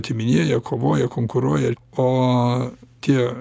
atiminėjo kovoja konkuruoja o tie